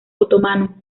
otomano